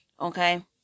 Okay